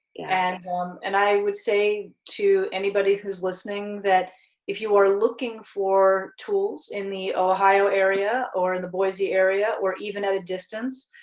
and and i would say to anybody who's listening that if you are looking for tools in the ohio area or in the boise area, or even at a distance,